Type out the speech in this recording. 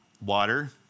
Water